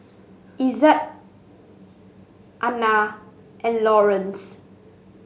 Ezzard Ana and Lawerence